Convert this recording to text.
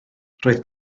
roedd